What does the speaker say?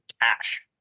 cash